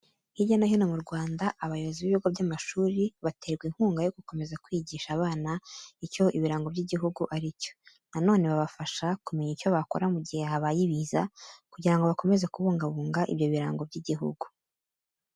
Hirya no hino mu Rwanda, abayobozi b'ibigo by'amashuri baterwa inkunga yo gukomeza kwigisha abana icyo ibirango by'igihugu ari cyo. Na none babafasha kumenya icyo bakora mu gihe habaye ibiza, kugira ngo bakomeza kubungabunga ibyo birango by'igihugu.